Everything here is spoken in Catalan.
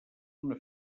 una